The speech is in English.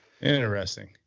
interesting